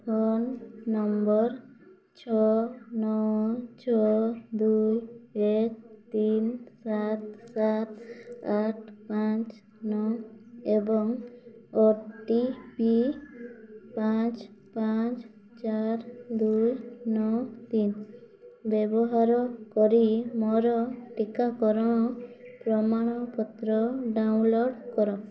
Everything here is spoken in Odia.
ଫୋନ୍ ନମ୍ବର୍ ଛଅ ନଅ ଛଅ ଦୁଇ ଏକ ତିନି ସାତ ସାତ ଆଠ ପାଞ୍ଚ ନଅ ଏବଂ ଓ ଟି ପି ପାଞ୍ଚ ପାଞ୍ଚ ଚାରି ଦୁଇ ନଅ ତିନି ବ୍ୟବହାର କରି ମୋର ଟିକାକରଣ ପ୍ରମାଣପତ୍ର ଡାଉନଲୋଡ଼୍ କର